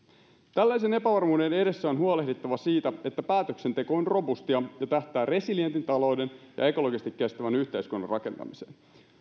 tällaisen epävarmuuden edessä on huolehdittava siitä että päätöksenteko on robustia ja tähtää resilientin talouden ja ekologisesti kestävän yhteiskunnan rakentamiseen